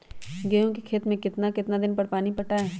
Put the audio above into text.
गेंहू के खेत मे कितना कितना दिन पर पानी पटाये?